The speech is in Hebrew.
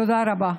תודה רבה.